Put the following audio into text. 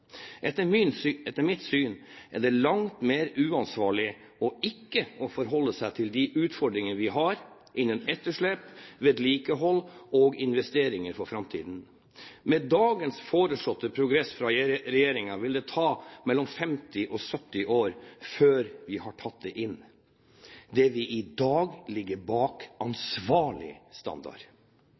Etter mitt syn er det langt mer uansvarlig ikke å forholde seg til de utfordringer vi har når det gjelder etterslep, vedlikehold og investeringer for fremtiden. Med dagens foreslåtte progresjon fra regjeringen vil det ta 50–70 år før vi har tatt inn det vi i dag ligger bak en ansvarlig standard.